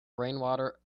rainwater